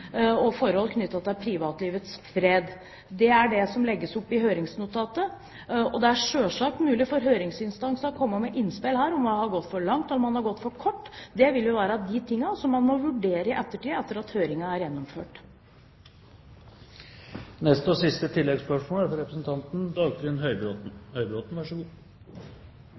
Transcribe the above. og forhold knyttet til privatlivets fred. Det er det som det legges opp til i høringsnotatet. Det er selvsagt mulig for høringsinstansene å komme med innspill her, om man har gått for langt, eller om man har gått for kort. Det vil være av de ting man må vurdere i ettertid – etter at høringen er gjennomført.